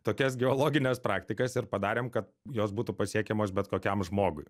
tokias geologines praktikas ir padarėm kad jos būtų pasiekiamos bet kokiam žmogui